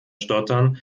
stottern